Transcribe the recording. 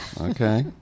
Okay